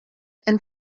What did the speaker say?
and